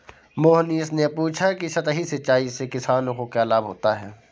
मोहनीश ने पूछा कि सतही सिंचाई से किसानों को क्या लाभ होता है?